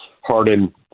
Hardin